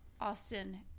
Austin